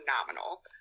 phenomenal